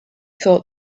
thought